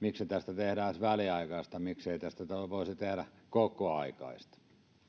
miksi tästä tehdään väliaikaista miksi tästä ei voisi tehdä kokoaikaista